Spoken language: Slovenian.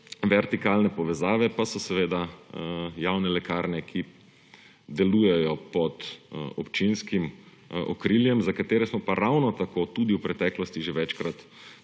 vertikalne povezave pa so seveda javne lekarne, ki delujejo pod občinskim okriljem, za katere smo pa ravno tako tudi v preteklosti že večkrat predlagali,